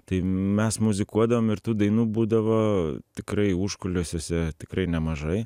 tai mes muzikuodavom ir tų dainų būdavo tikrai užkulisiuose tikrai nemažai